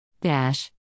Dash